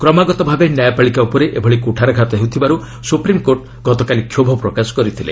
କ୍ରମାଗତ ଭାବେ ନ୍ୟାୟପାଳିକା ଉପରେ ଏଭଳି କୁଠାରଘାତ ହେଉଥିବାରୁ ସୁପ୍ରିମ୍କୋର୍ଟ ଗତକାଲି କ୍ଷୋଭ ପ୍ରକାଶ କରିଥିଲେ